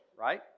right